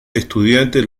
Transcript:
estudiantes